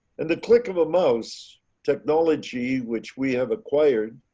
and the click of a mouse technology which we have acquired